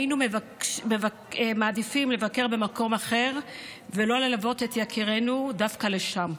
היינו מעדיפים לבקר במקום אחר ולא ללוות את יקירינו דווקא לשם.